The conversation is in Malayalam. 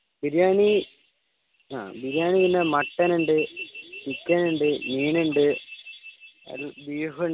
ബിരിയാണി ബിരിയാണി പിന്നെ മട്ടൺ ഉണ്ട് ചിക്കൻ ഉണ്ട് മീൻ ഉണ്ട് ബീഫ് ഉണ്ട്